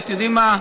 אתם יודעים מה,